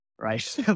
Right